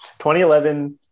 2011